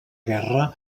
guerra